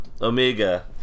Omega